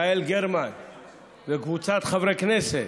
יעל גרמן וקבוצת חברי הכנסת.